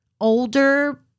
older